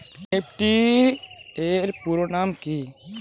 Nifty এর পুরোনাম কী?